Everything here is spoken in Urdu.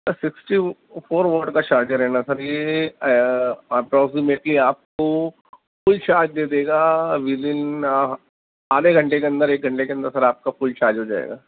سکسٹی فور واٹ کا چارجر ہے نا سر یہ اپروکسیمیٹلی آپ کو فل چارج دے دے گا ودن آدھے گھنٹے کے اندر ایک گھنٹے کے اندر سر آپ کا فل چارج ہو جائے گا